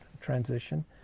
transition